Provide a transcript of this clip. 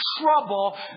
trouble